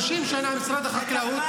30 שנה משרד החקלאות